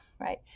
Right